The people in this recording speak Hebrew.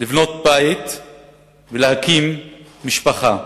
לבנות בית ולהקים משפחה,